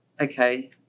okay